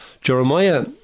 Jeremiah